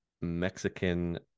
Mexican